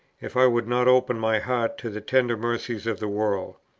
if i would not open my heart to the tender mercies of the world.